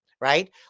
right